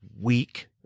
weak